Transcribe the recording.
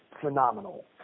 phenomenal